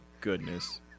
goodness